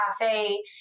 cafe